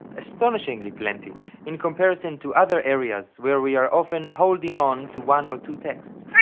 astonishingly plenty in comparison to other areas where we are often holding on to one or two texts.